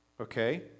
Okay